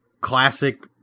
classic